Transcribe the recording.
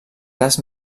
cas